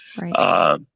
Right